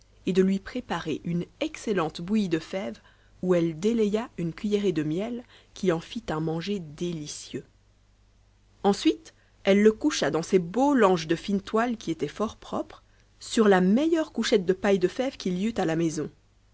et de lui préparer une excellente bouillie do fèves où elle délaya une cuiitot e de miel qui en fit un manger délicieux ensuite elle le coucha dans ses beaux langes do fine toile qui étaient fort propres sur la meilleure couchette de paille de fèves qu'il y eût la maison